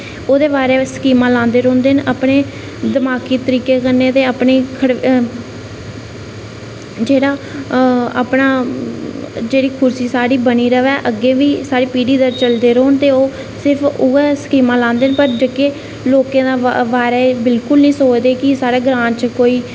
ओह्दे बारै च ओह् स्कीमां लांदे रौंह्दे न अपने दमाकी तरीके कन्नै ते अपनी जेह्ड़ा अपना जेह्ड़ी कुर्सी साढ़ी बनी र'वै ते अग्गें बी साढ़ी पीढ़ी दर चलदे रौह्न ते ओह् सिर्फ उ'ऐ स्कीमां लांदे पर जेह्के लोकें दे बारे च बिलकुल निं सोचदे की साढ़े ग्रांऽ च कोई